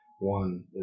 one